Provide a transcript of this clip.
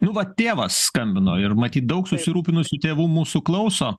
nu va tėvas skambino ir matyt daug susirūpinusių tėvų mūsų klauso